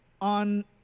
on